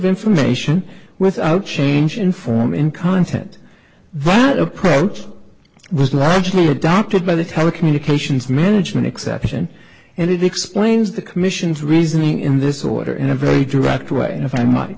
information without change in form in content that approach was largely adopted by the telecommunications management exception and it explains the commission's reasoning in this order in a very direct way if i